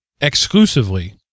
exclusively